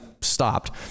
stopped